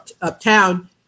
uptown